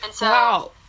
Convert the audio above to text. Wow